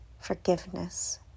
forgiveness